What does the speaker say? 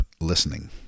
listening